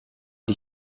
die